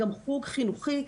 גם חוג חינוכי,